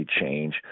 change